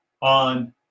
on